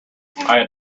had